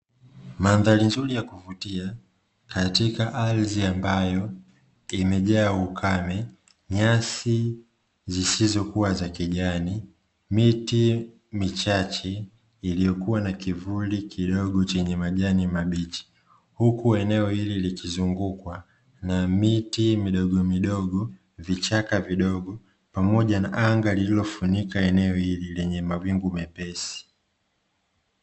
Mandhari nzuri ya kuvutia katika ardhi ambayo imejaa ukame, nyasi zisizokuwa za kijani, miti michache iliyokuwa na kivuli kidogo chenye majani mabichi, huku eneo hili likizungukwa na miti midogo midogo, vichaka vidogo pamoja na anga lililofunika eneo hili lenye mawingu mepesi.